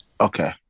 okay